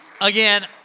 again